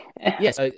yes